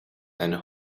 and